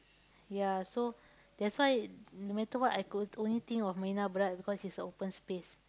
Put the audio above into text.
ya so that's why no matter what I could only think of Marina-Barrage because it's a open space